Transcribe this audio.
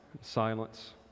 silence